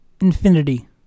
infinity